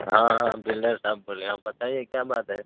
ہاں ہاں ہم بلڈر صاحب بول رہے ہیں آپ بتائیے کیا بات ہے